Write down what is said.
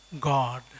God